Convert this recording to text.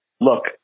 Look